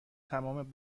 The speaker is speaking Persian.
تمام